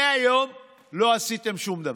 100 יום לא עשיתם שום דבר.